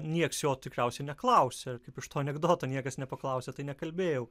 nieks jo tikriausiai neklausė kaip iš to anekdoto niekas nepaklausė tai nekalbėjau